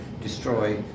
destroy